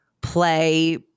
play